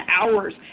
hours